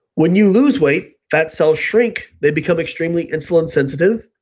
when you lose weight fat cells shrink, they become extremely insulin sensitive,